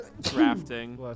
drafting